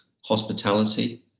Hospitality